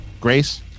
Grace